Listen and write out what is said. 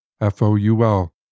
F-O-U-L